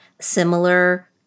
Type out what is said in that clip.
similar